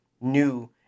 new